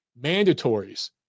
mandatories